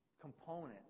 component